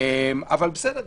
אבל בסדר,